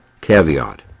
caveat